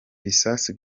bisasu